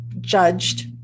judged